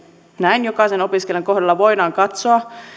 näin jokaisen opiskelijan kohdalla voidaan katsoa